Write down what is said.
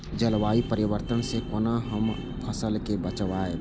जलवायु परिवर्तन से कोना अपन फसल कै बचायब?